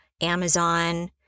Amazon